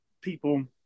people